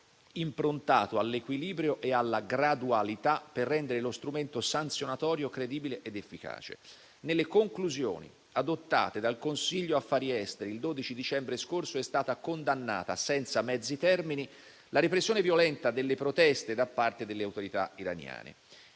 improntato all'equilibrio e alla gradualità, per rendere lo strumento sanzionatorio credibile ed efficace. Nelle conclusioni adottate dal Consiglio affari esteri il 12 dicembre scorso è stata condannata senza mezzi termini la repressione violenta delle proteste da parte delle autorità iraniane.